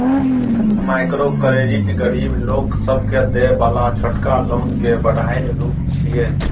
micro credit गरीब लोक सबके देय बला छोटका लोन के बढ़ायल रूप छिये